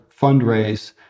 fundraise